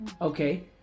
Okay